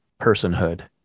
personhood